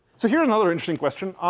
so here's another interesting question.